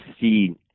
see